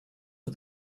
for